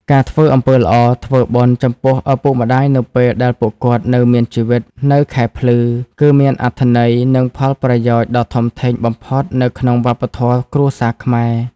ការធ្វើអំពើល្អ ធ្វើបុណ្យ ចំពោះឪពុកម្តាយនៅពេលដែលពួកគាត់នៅមានជីវិត នៅខែភ្លឺ គឺមានអត្ថន័យ និងផលប្រយោជន៍ដ៏ធំធេងបំផុតនៅក្នុងវប្បធម៌គ្រួសារខ្មែរ។